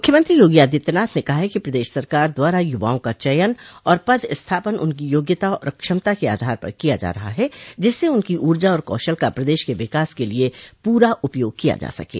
मुख्यमंत्री योगी आदित्यनाथ ने कहा कि प्रदेश सरकार द्वारा यूवाओं का चयन और पद स्थापन उनकी योग्यता और क्षमता के आधार पर किया जा रहा है जिससे उनकी ऊर्जा और कौशल का प्रदेश के विकास के लिये पूरा उपयोग किया जा सकें